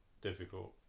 difficult